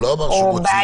הוא לא אמר שהוא מוציא.